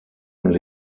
und